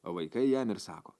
o vaikai jam ir sako